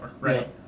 right